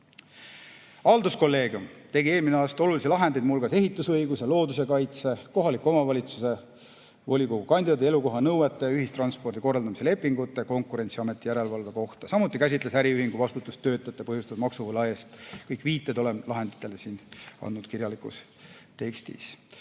Halduskolleegium tegi eelmine aasta olulisi lahendeid, muu hulgas ehitusõiguse, looduskaitse, kohaliku omavalitsuse volikogu kandidaadi elukoha nõuete, ühistranspordi korraldamise lepingute ja Konkurentsiameti järelevalve kohta, samuti käsitles äriühingu vastutust töötajate põhjustatud maksuvõla eest. Kõik viited lahenditele on antud kirjalikus tekstis.